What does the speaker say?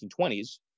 1920s